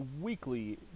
weekly